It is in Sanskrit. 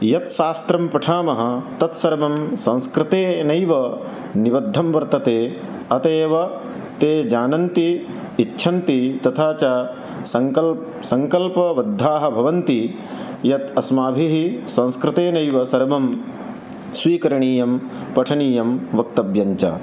यत् शास्त्रं पठामः तत् सर्वं संस्कृतेनैव निबद्धं वर्तते अतः एव ते जानन्ति इच्छन्ति तथा च सङ्कल् सङ्कल्पबद्धाः भवन्ति यत् अस्माभिः संस्कृतेनैव सर्वं स्वीकरणीयं पठनीयं वक्तव्यं च